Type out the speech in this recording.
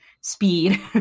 speed